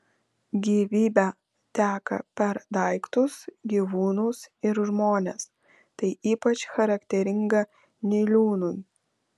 gyvybė teka per daiktus gyvūnus ir žmones tai ypač charakteringa niliūnui